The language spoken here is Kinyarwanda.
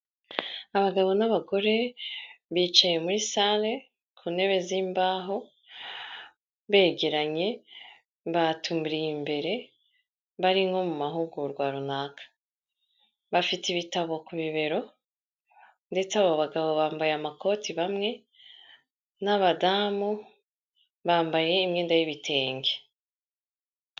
Abagabo n'abagore bicaye muri sale ku ntebe z'imbaho begeranye, batumbiriye imbere bari nko mu mahugurwa runaka, bafite ibitabo ku bibero ndetse aba bagabo bambaye amakote bamwe n'abadamu bambaye imyenda y'ibitenge.